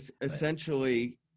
essentially